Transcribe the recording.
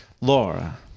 Laura